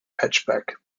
hatchback